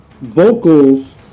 vocals